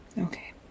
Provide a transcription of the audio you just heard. Okay